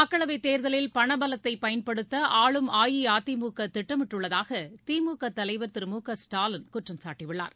மக்களவை தேர்தலில் பணபலத்தை பயன்படுத்த ஆளும் அஇஅதிமுக திட்டமிட்டுள்ளதாக திமுக தலைவர் திரு மு க ஸ்டாலின் குற்றம் சாட்டியுள்ளார்